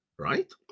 Right